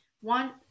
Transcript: One